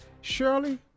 Shirley